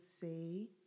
say